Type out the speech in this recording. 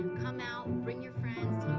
come out, bring your friends.